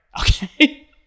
okay